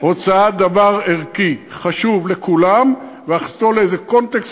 הוצאת דבר ערכי חשוב לכולם והכנסתו לאיזה קונטקסט